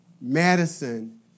Madison